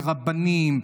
לרבנים,